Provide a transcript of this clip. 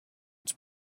its